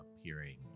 appearing